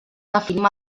definim